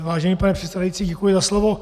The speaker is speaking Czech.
Vážený pane předsedající, děkuji za slovo.